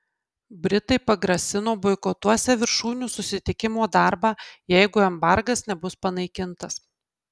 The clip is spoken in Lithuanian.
britai pagrasino boikotuosią viršūnių susitikimo darbą jeigu embargas nebus panaikintas